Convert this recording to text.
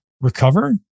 recover